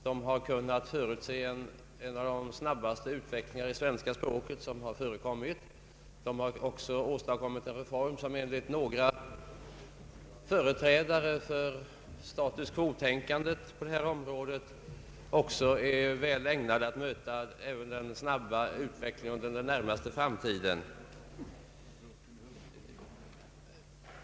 De har kunnat förutse en av de snabbaste utvecklingar i svenska språket som har förekommit, och de har också åstadkommit en reform som enligt några företrädare för status quo-tänkandet på detta område är väl ägnad att möta även den snabba utvecklingen under den närmaste framtiden.